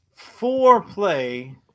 foreplay